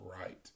right